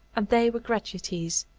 and they were gratuities.